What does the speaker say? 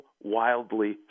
wildly